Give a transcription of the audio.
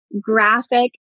graphic